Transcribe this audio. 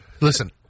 Listen